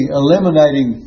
eliminating